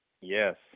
Yes